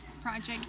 project